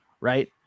right